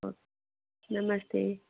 okay नमस्ते